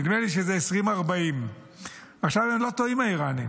נדמה לי שזה 2040. עכשיו, הם לא טועים, האיראנים.